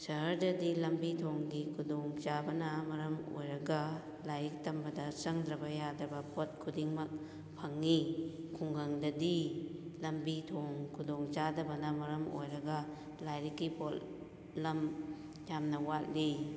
ꯁꯍꯔꯗꯗꯤ ꯂꯝꯕꯤ ꯊꯣꯡꯒꯤ ꯈꯨꯗꯣꯡ ꯆꯥꯕꯅ ꯃꯔꯝ ꯑꯣꯏꯔꯒ ꯂꯥꯏꯔꯤꯛ ꯇꯝꯕꯗ ꯆꯪꯗ꯭ꯔꯕ ꯌꯥꯗꯕ ꯄꯣꯠ ꯈꯨꯗꯤꯡꯃꯛ ꯐꯪꯏ ꯈꯨꯡꯒꯪꯗꯗꯤ ꯂꯝꯕꯤ ꯊꯣꯡ ꯈꯨꯗꯣꯡ ꯆꯥꯗꯕꯅ ꯃꯔꯝ ꯑꯣꯏꯔꯒ ꯂꯥꯏꯔꯤꯛꯀꯤ ꯄꯣꯠꯂꯝ ꯌꯥꯝꯅ ꯋꯥꯠꯂꯤ